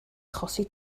achosi